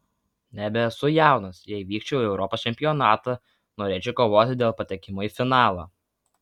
nebesu jaunas jei vykčiau į europos čempionatą norėčiau kovoti dėl patekimo į finalą